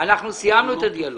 אנחנו סיימנו את הדיאלוג.